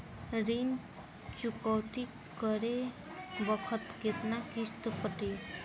ऋण चुकौती करे बखत केतना किस्त कटी?